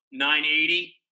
980